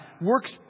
works